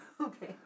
Okay